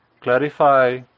clarify